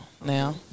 Now